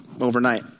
overnight